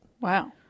Wow